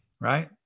right